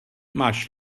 máš